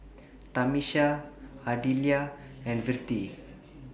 Tamisha Ardelia and Vertie